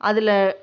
அதில்